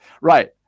Right